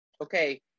Okay